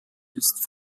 ist